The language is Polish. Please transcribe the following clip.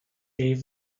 jej